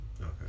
Okay